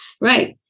Right